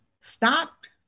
stopped